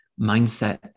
mindset